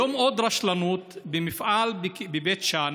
היום עוד רשלנות במפעל בבית שאן: